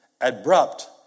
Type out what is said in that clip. Abrupt